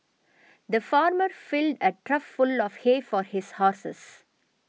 the farmer filled a trough full of hay for his horses